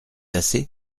assez